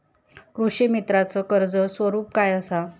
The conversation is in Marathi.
कृषीमित्राच कर्ज स्वरूप काय असा?